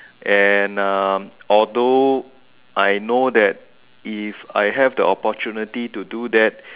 and um although I know that if I have the opportunity to do that